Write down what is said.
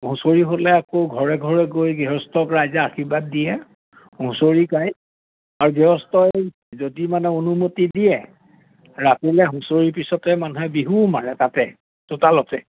হুঁচৰি হ'লে আকৌ ঘৰে ঘৰে গৈ গৃহস্থক ৰাইজে আশীৰ্বাদ দিয়ে হুঁচৰি গায় আৰু গৃহস্থই যদি মানে অনুমতি দিয়ে ৰাতিলে হুঁচৰি পিছতে মানুহে বিহুও মাৰে তাতে চোতালতে